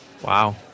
Wow